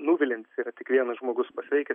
nuviliantis yra tik vienas žmogus pasveikęs